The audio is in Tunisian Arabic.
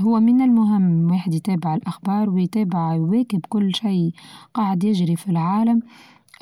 هو من المهم واحد يتابع الأخبار ويتابع يواكب كل شيء قاعد يجري في العالم،